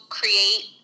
create